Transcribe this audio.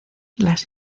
las